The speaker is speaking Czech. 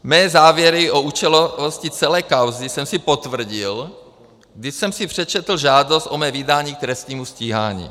Mé závěry o účelovosti celé kauzy jsem si potvrdil, když jsem si přečetl žádost o mé vydání k trestnímu stíhání.